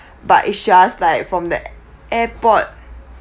but it's just like from the airport